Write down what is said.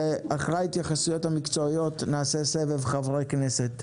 ואחרי ההתייחסויות המקצועיות, נעשה סבב חברי כנסת.